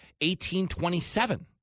1827